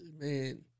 man